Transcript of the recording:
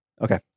Okay